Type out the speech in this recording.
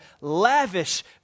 lavish